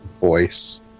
voice